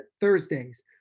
Thursdays